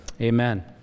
Amen